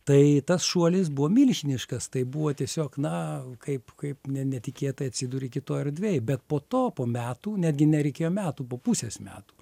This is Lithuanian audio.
tai tas šuolis buvo milžiniškas tai buvo tiesiog na kaip kaip ne netikėtai atsiduri kitoj erdvėj bet po to po metų netgi nereikėjo metų po pusės metų